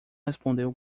respondeu